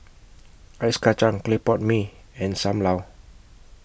Ice Kacang Clay Pot Mee and SAM Lau